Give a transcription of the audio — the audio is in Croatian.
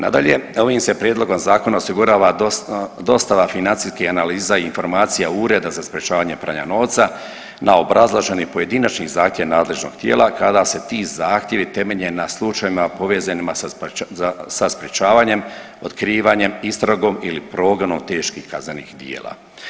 Nadalje, ovim se prijedlogom zakona osigurava dostava financijskih analiza i informacija Ureda za sprječavanje pranja novca na obrazloženi pojedinačni zahtjev nadležnog tijela kada se ti zahtjevi temelje na slučajevima povezanima sa sprječavanjem, otkrivanjem, istragom ili progonom teških kaznenih djela.